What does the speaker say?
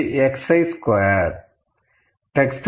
இது xi squared